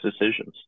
decisions